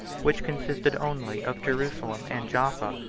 which consisted only of jerusalem and jaffa,